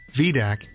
VDAC